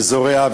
זורע,